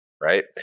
right